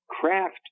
craft